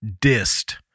Dist